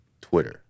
Twitter